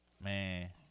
man